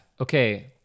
okay